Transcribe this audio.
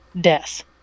death